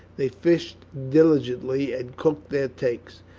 they fished diligently and cooked their takes,